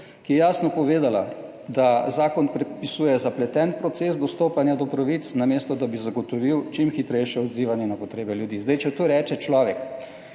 ki je jasno povedala, da zakon predpisuje zapleten proces dostopanja do pravic, namesto, da bi zagotovil čim hitrejše odzivanje na potrebe ljudi. Zdaj, če to reče človek,